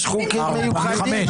יש חוקים מיוחדים.